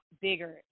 bigger